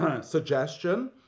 suggestion